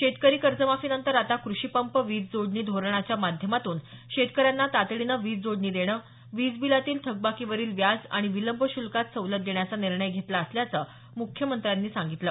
शेतकरी कर्जमाफीनंतर आता कृषिपंप वीजजोडणी धोरणाच्या माध्यमातून शेतकऱ्यांना तातडीनं वीजजोडणी देणं वीजबिलातील थकबाकीवरील व्याज आणि विलंब शुल्कात सवलत देण्याचा निर्णय घेतला असल्याचं मुख्यमंत्र्यांनी सांगितलं